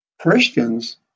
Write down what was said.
Christians